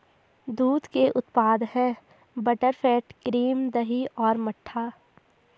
दूध के उत्पाद हैं बटरफैट, क्रीम, दही और मट्ठा